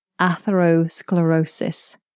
atherosclerosis